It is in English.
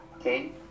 Okay